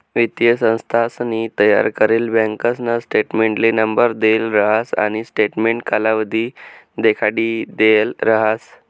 वित्तीय संस्थानसनी तयार करेल बँकासना स्टेटमेंटले नंबर देल राहस आणि स्टेटमेंट कालावधी देखाडिदेल राहस